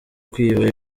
kwiba